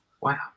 Wow